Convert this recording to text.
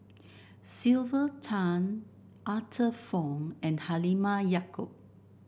Sylvia Tan Arthur Fong and Halimah Yacob